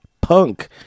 punk